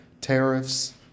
tariffs